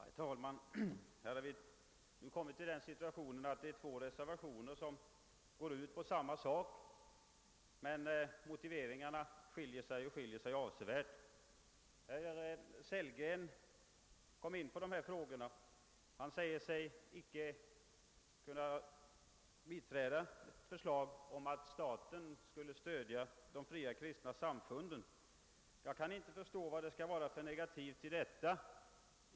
Herr talman! Vi har kommit i den situationen att det finns två reservationer som går ut på samma sak, men motiveringarna skiljer sig avsevärt. Herr Sellgren kom in på dessa frågor och sade sig icke kunna biträda ett förslag om att staten skall stödja de fria kristna samfunden. Men jag kan icke förstå vad det kan finnas för negativt i det förslaget.